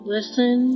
Listen